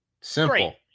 Simple